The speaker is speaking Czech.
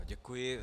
Děkuji.